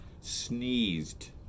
sneezed